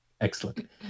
Excellent